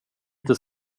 inte